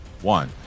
one